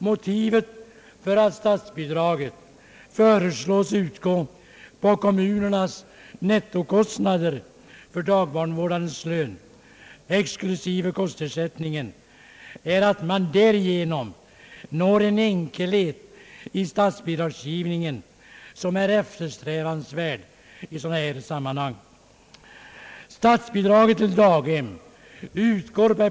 Motivet för att statsbidraget föreslås utgå på kommunernas nettokostnader för dagbarnvårdarens lön, exklusive kostersättningen, är att man därigenom når en enkelhet vid statsbidragsgivningen som är eftersträvansvärd i dylika sammanhang.